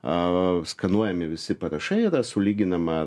a skanduojami visi parašai sulyginama